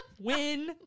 Win